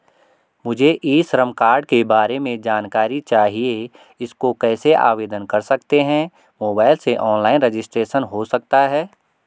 मुझे e Shram card के बारे में जानकारी चाहिए इसको कैसे आवेदन कर सकते हैं मोबाइल से ऑनलाइन रजिस्ट्रेशन हो सकता है?